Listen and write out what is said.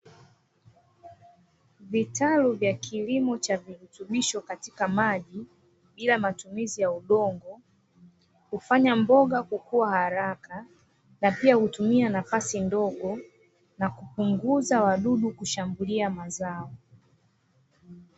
Vitalu vya kilimo cha virutubisho katika maji, bila matumizi ya udongo hufanya mboga kukua haraka, na pia hutumia nafasi ndogo, na kupunguza wadudu kushambulia mazao.